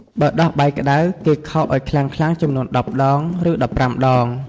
បើដោះបាយក្តៅ គេខោកឲ្យខ្លាំងៗចំនួន ១០ ដង ឬ ១៥ ដង។